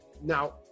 Now